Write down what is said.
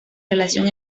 relación